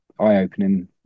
eye-opening